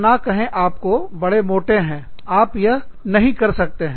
और यह ना कहे आपको बड़े मोटे हैं आप यह नहीं कर सकते हैं